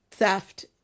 theft